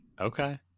okay